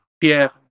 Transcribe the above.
Pierre